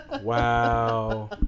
Wow